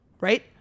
right